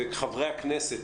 ואת חברי הכנסת,